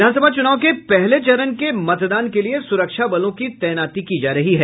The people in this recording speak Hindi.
विधानसभा चुनाव के पहले चरण के मतदान के लिए सुरक्षाबलों की तैनाती की जा रही है